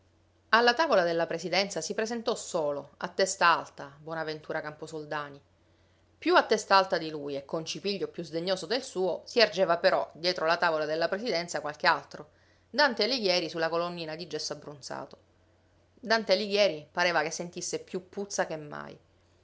alla tavola della presidenza si presentò solo a testa alta bonaventura camposoldani più a testa alta di lui e con cipiglio più sdegnoso del suo si ergeva però dietro la tavola della presidenza qualche altro dante alighieri su la colonnina di gesso abbronzato dante alighieri pareva che sentisse più puzza che mai